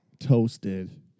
toasted